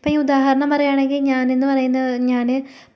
ഇപ്പോൾ ഈ ഉദാഹരണം പറയുകയാണെങ്കിൽ ഞാനെന്ന് പറയുന്ന ഞാൻ